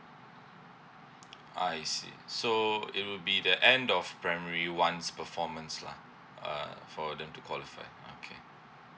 I see so it will be the end of primary one's performance lah uh for them to call fair okay